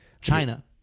China